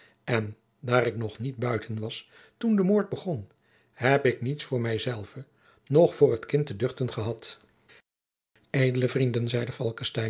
en daar ik nog niet buiten was toen de moord begon heb ik niets voor mijzelve noch voor het kind te duchten gehad edele vrienden zeide